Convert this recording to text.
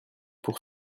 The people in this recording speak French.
pour